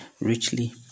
richly